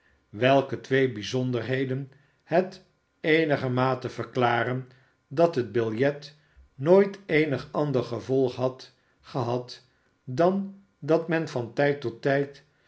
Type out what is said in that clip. welke twee bijzonderheden het eenigermate verklaren dat het biljet nooit eenig ander gevolg had gehad dan dat men van tijd tot tijd